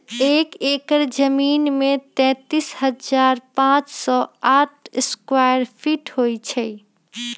एक एकड़ जमीन में तैंतालीस हजार पांच सौ साठ स्क्वायर फीट होई छई